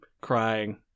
crying